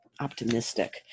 optimistic